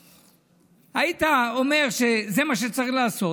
היית אומר שזה מה שצריך לעשות,